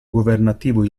governativo